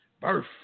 birth